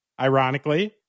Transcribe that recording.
ironically